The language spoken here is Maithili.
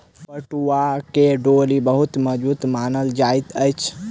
पटुआक डोरी बहुत मजबूत मानल जाइत अछि